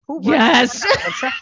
Yes